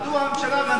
מדוע הממשלה,